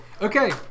Okay